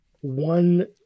one